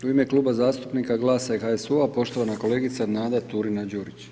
U ime Kluba zastupnika GLAS-a i HSU-a poštovana kolegica Nada Turina Đurić.